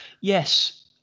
yes